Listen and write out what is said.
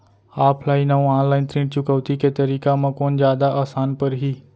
Offline अऊ online ऋण चुकौती के तरीका म कोन जादा आसान परही?